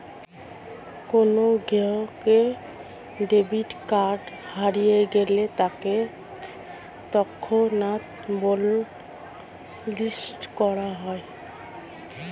কোনো গ্রাহকের debit card হারিয়ে গেলে তাকে তৎক্ষণাৎ ব্লক লিস্ট করা হয়